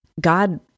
God